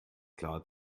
klar